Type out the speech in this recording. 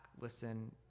listen